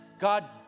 God